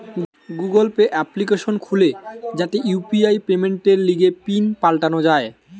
Google pay application খুলে যাতে UPI পেমেন্টের লিগে পিন পাল্টানো যায়